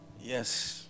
Yes